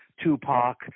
Tupac